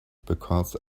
because